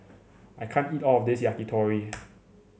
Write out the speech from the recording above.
I can't eat all of this Yakitori